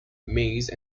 maize